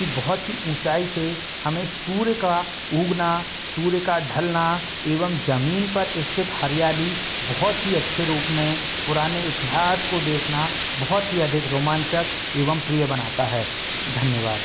की बहुत ही ऊंचाई से हमें सूर्य का उगना सूर्य का ढलना एवं जमीन पर स्थित हरियाली बहुत ही अच्छे रूप में पुराने इतिहास को देखना बहुत ही अधिक रोमांचक एवं प्रिय बनाता है धन्यवाद